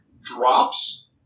drops